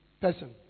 person